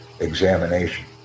examination